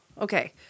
Okay